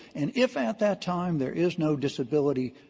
and if at that time there is no disability